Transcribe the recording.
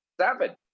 seven